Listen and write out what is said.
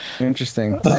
interesting